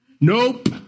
Nope